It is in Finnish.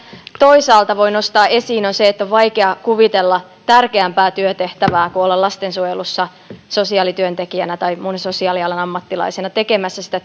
toisaalta voi nostaa esiin on se että on vaikea kuvitella tärkeämpää työtehtävää kuin olla lastensuojelussa sosiaalityöntekijänä tai muuna sosiaalialan ammattilaisena tekemässä sitä